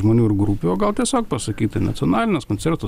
žmonių ir grupių o gal tiesiog pasakyti nacionalinės koncertų